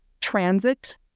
transit